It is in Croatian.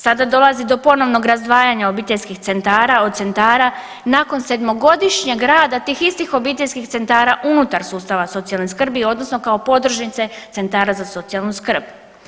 Sada dolazi do ponovno razdvajanja obiteljskih centara od centara nakon sedmogodišnjeg rada tih istih obiteljskih centara unutar sustava socijalne skrbi odnosno kao podružnice centara za socijalnu skrb.